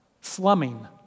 slumming